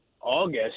August